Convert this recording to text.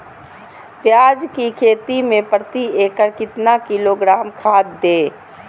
प्याज की खेती में प्रति एकड़ कितना किलोग्राम खाद दे?